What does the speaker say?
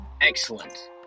excellent